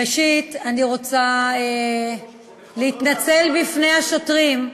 ראשית, אני רוצה להתנצל בפני השוטרים,